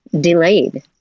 delayed